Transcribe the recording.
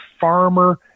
farmer